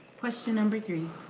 question number three.